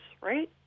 right